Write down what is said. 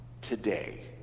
today